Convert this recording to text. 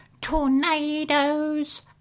tornadoes